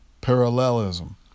parallelism